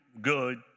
good